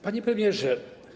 Panie Premierze!